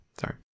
sorry